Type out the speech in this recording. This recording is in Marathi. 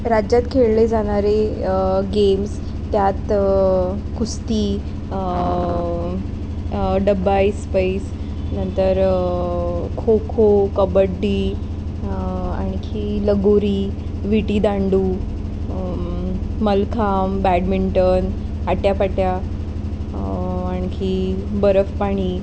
राज्यात खेळले जाणारे गेम्स त्यात कुस्ती डब्बा ऐसपैस नंतर खो खो कबड्डी आणखी लगोरी विटीदांडू मल्लखांब बॅडमिंटन आट्यापाट्या आणखी आणखी बर्फ पाणी